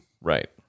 Right